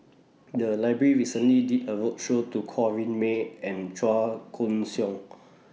The Library recently did A roadshow to Corrinne May and Chua Koon Siong